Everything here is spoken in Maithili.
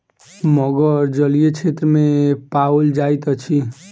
मगर जलीय क्षेत्र में पाओल जाइत अछि